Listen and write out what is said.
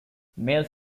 males